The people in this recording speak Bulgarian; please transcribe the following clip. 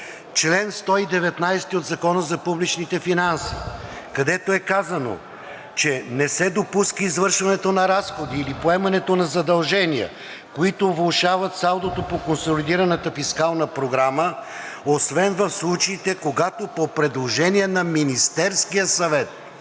чл. 119 от Закона за публичните финанси, където е казано, че не се допуска извършването на разходи или поемането на задължения, които влошават салдото по консолидираната фискална програма, освен в случаите, когато по предложение на Министерския съвет